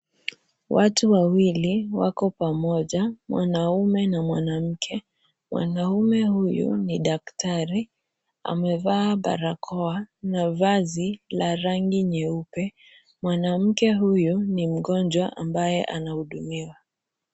Watu wawili wako pamoja mwanamme na mwanamke. Mwanamme huyu ni daktari amevaa barakoa na vazi la rangi nyeupe. Mwana mke huyu ni mgonjwa ambaye anahudumiwa.